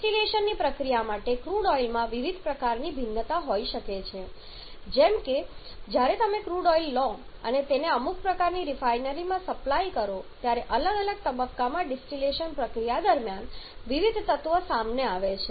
distillation ની પ્રક્રિયા માટે ક્રૂડ ઓઈલમાં વિવિધ પ્રકારની ભિન્નતા હોઈ શકે છે જેમ કે જ્યારે તમે ક્રૂડ ઓઈલ લો અને તેને અમુક પ્રકારની રિફાઈનરીમાં સપ્લાય કરો ત્યારે અલગ અલગ તબક્કામાં ડિસ્ટિલેશન પ્રક્રિયા દરમિયાન વિવિધ તત્વો સામે આવે છે